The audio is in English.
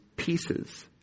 pieces